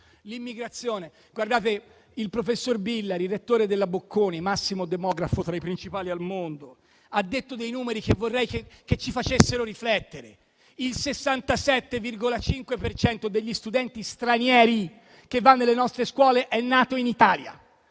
Il professor Billari, rettore della «Bocconi», demografo tra i principali al mondo, ha citato numeri che vorrei ci facessero riflettere; il 67,5 per cento degli studenti stranieri che frequenta le nostre scuole è nato in Italia;